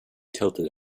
tilted